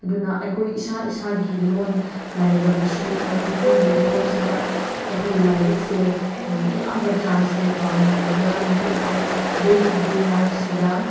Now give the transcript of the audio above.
ꯑꯗꯨꯅ ꯑꯩꯈꯣꯏ ꯏꯁꯥ ꯏꯁꯥꯒꯤ ꯂꯣꯟ ꯂꯩꯔꯕꯁꯨ ꯃꯔꯤꯄꯨꯔꯤꯒꯤ ꯂꯣꯟꯁꯤꯗ ꯑꯩꯈꯣꯏ ꯂꯥꯏꯔꯤꯛꯁꯦ ꯑꯌꯥꯝꯕ ꯇ꯭ꯔꯥꯟꯁꯂꯦꯠ ꯇꯩꯅꯤꯡꯉꯦ ꯃꯔꯝꯗꯤ ꯑꯩꯈꯣꯏ ꯗꯦ ꯇꯨꯗꯦ ꯂꯥꯏꯐꯁꯤꯗ